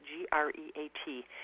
G-R-E-A-T